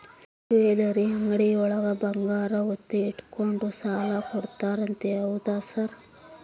Jewellery ಅಂಗಡಿಯೊಳಗ ಬಂಗಾರ ಒತ್ತೆ ಇಟ್ಕೊಂಡು ಸಾಲ ಕೊಡ್ತಾರಂತೆ ಹೌದಾ ಸರ್?